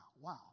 Wow